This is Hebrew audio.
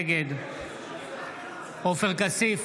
נגד עופר כסיף,